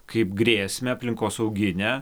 kaip grėsmę aplinkosauginę